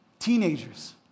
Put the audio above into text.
Teenagers